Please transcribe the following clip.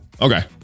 Okay